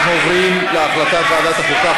אנחנו עוברים להחלטת ועדת החוקה,